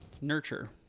Nurture